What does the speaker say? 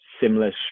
similar